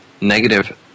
negative